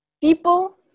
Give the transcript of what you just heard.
people